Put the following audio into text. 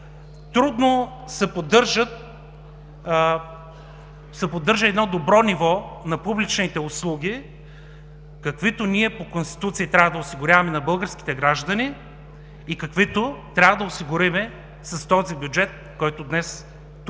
трудно се поддържа добро ниво на публичните услуги, каквито ние по Конституция трябва да осигуряваме на българските граждани и каквито трябва да осигурим с бюджета, който днес